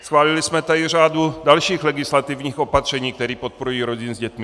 Schválili jsme tady řadu dalších legislativních opatření, která podporují rodiny s dětmi.